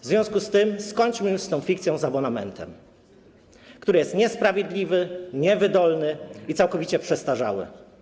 W związku z tym skończmy już z tą fikcją z abonamentem, który jest niesprawiedliwy, niewydolny i całkowicie przestarzały.